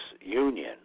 union